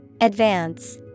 Advance